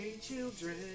Children